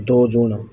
ਦੋ ਜੂਨ